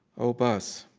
oh, bus.